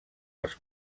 els